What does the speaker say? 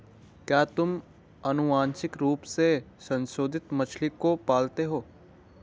क्या तुम आनुवंशिक रूप से संशोधित मछली को पालते हो?